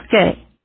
okay